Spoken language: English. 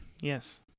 Yes